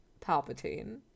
Palpatine